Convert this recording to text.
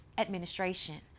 administration